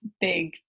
big